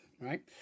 right